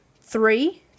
three